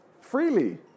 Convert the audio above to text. freely